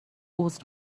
عذر